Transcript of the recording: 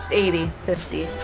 eighty. fifty.